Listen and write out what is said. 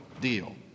deal